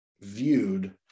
viewed